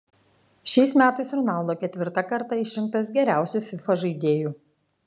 šiais metais ronaldo ketvirtą kartą išrinktas geriausiu fifa žaidėju